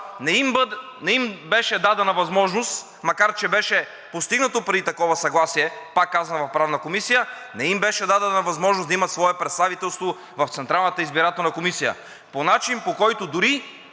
не им беше дадена възможност, макар че беше постигнато преди такова съгласие, пак казвам, в Правната комисия, да имат свое представителство в Централната избирателна комисия по начин, по който дори